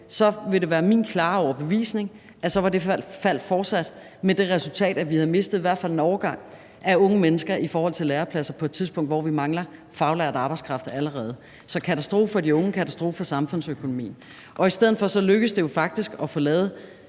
vil det være min klare overbevisning, at så var det fald fortsat med det resultat, at vi havde mistet i hvert fald en årgang af unge mennesker i forhold til lærepladser på et tidspunkt, hvor vi mangler faglært arbejdskraft allerede. Så katastrofe for de unge, katastrofe for samfundsøkonomien. I stedet for lykkedes det jo samlet set i andet